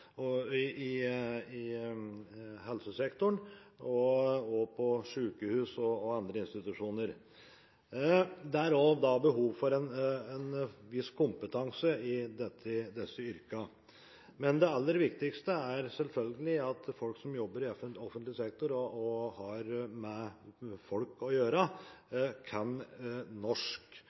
i kommunene og i helsesektoren, på sykehus og i andre institusjoner. Det er behov for en viss kompetanse i disse yrkene, men det aller viktigste er selvfølgelig at folk som jobber i offentlig sektor og har med folk å gjøre, kan norsk.